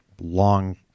long